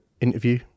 interview